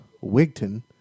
Wigton